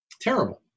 Terrible